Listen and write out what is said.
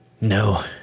No